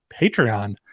Patreon